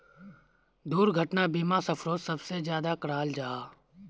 दुर्घटना बीमा सफ़रोत सबसे ज्यादा कराल जाहा